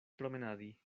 promenadi